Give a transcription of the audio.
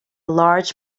large